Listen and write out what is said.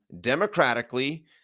democratically